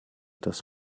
das